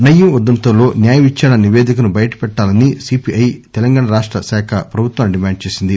నయీం ఉదంతం లో న్యాయ విచారణ నివేదికను బయట పెట్టాలని సిపిఐ తెలంగాణ రాష్ట ప్రభుత్వాన్ని డిమాండ్ చేసింది